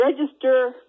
register